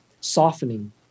softening